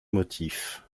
motif